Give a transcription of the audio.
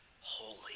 holy